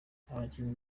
abakinnyi